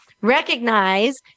recognize